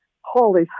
holy